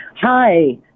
Hi